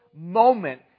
moment